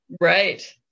right